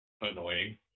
Annoying